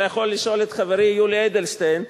אתה יכול לשאול את חברי יולי אדלשטיין.